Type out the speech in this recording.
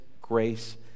grace